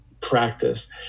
practice